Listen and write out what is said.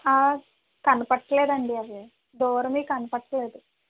కనపట్లేదండి అది దూరంవి కనపడట్లేదు అండీ